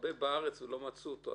התחבא בארץ ולא מצאו אותו.